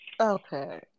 Okay